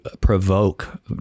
provoke